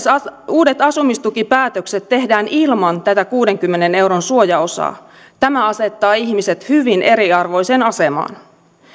uudet asumistukipäätökset tehdään ilman tätä kuudenkymmenen euron suojaosaa tämä asettaa ihmiset hyvin eriarvoiseen asemaan